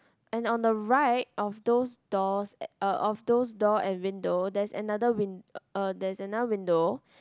and on the right of those doors eh uh of those door and window there's another win~ uh there's another window